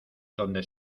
donde